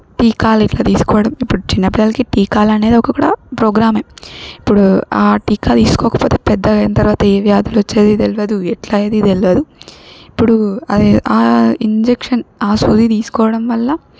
టీకాలు ఇట్లా తీసుకోవడం ఇప్పుడు చిన్న పిల్లలకి టీకాలనేది ఒక కూడా ప్రోగ్రాం ఏ ఇప్పుడు ఆ టీకా తీసుకోకపోతే పెద్దగయిన తరువాత ఏ వ్యాధులు వచ్చేది తెలియదు ఎట్లయ్యేది తెలియదు ఇప్పుడు అదే ఆ ఇంజెక్షన్ ఆ సూది తీసుకోవడం వల్ల